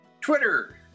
Twitter